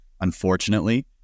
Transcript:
Unfortunately